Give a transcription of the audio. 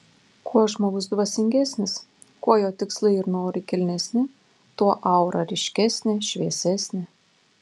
kuo žmogus dvasingesnis kuo jo tikslai ir norai kilnesni tuo aura ryškesnė šviesesnė